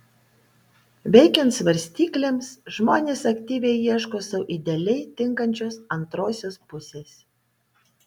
veikiant svarstyklėms žmonės aktyviai ieško sau idealiai tinkančios antrosios pusės